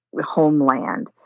homeland